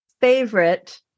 Favorite